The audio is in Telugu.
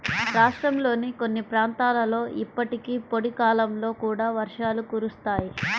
రాష్ట్రంలోని కొన్ని ప్రాంతాలలో ఇప్పటికీ పొడి కాలంలో కూడా వర్షాలు కురుస్తాయి